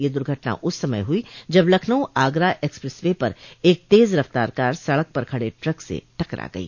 यह दुर्घटना उस समय हुई जब लखनऊ आगरा एक्सप्रेस वे पर एक तेज रफ्तार कार सड़क पर खड़े ट्रक से टकरा गयी